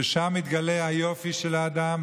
שבהם מתגלה היופי של האדם.